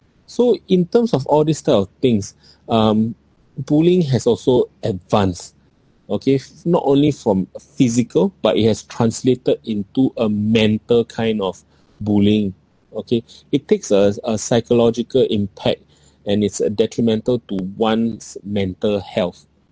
so in terms of all this type of things um bullying has also advanced okay f~ not only from physical but it has translated into a mental kind of bullying okay it takes a a psychological impact and it's detrimental to one's mental health